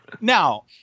Now